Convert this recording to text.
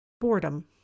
boredom